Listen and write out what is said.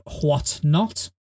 whatnot